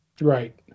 Right